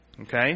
Okay